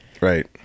Right